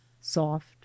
soft